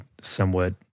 somewhat